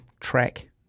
track